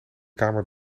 kamer